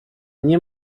nie